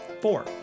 four